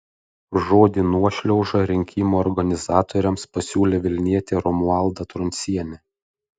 žodį nuošliauža rinkimų organizatoriams pasiūlė vilnietė romualda truncienė